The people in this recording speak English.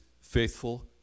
faithful